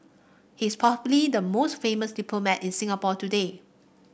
he's probably the most famous diplomat in Singapore today